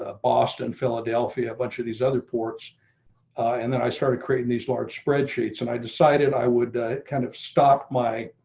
ah boston, philadelphia, a bunch of these other ports and then i started creating these large spreadsheets and i decided i would kind of stop my